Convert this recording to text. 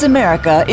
America